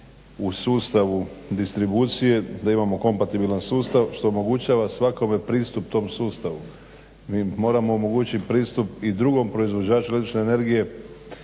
u sustavu distribucije da imamo kompatibilan sustav što omogućava svakome pristup tom sustavu. Mi moramo omogućiti pristup i drugom proizvođaču različite energije